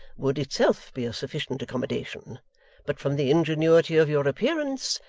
would itself be a sufficient accommodation but from the ingenuity of your appearance,